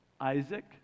Isaac